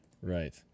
right